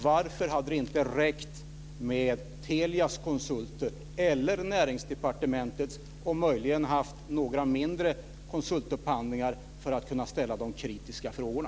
Varför hade det inte räckt med Telias konsulter, eller Näringsdepartementets, och att man möjligen haft några mindre konsultupphandlingar för att kunna ställa de kritiska frågorna?